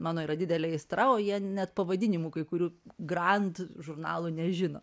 mano yra didelė aistra o jie net pavadinimų kai kurių grand žurnalų nežino